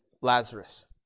Lazarus